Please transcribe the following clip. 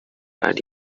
ari